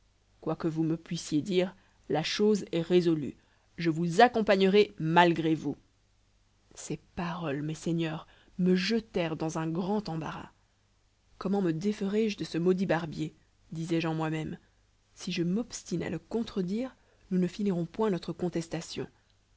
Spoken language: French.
quoi que vous me puissiez dire la chose est résolue je vous accompagnerai malgré vous ces paroles mes seigneurs me jetèrent dans un grand embarras comment me déferai je de ce maudit barbier disais-je en moimême si je m'obstine à le contredire nous ne finirons point notre contestation